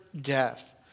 death